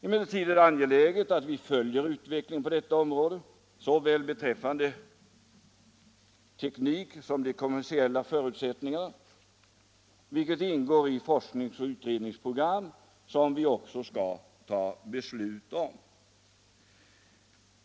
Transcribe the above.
Emellertid är det angeläget att vi följer utvecklingen på detta område såväl beträffande teknik som de konventionella förutsättningarna, vilket ingår i det forskningsoch utvecklingsprogram som riksdagen också skall fatta beslut om.